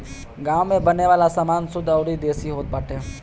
गांव में बने वाला सामान शुद्ध अउरी देसी होत बाटे